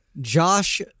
Josh